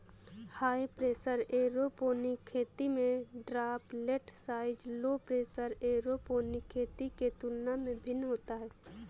high pressure aeroponic खेती में droplet size low pressure aeroponic खेती के तुलना में भिन्न होता है